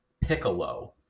Piccolo